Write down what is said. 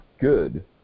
good